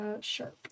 sure